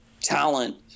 talent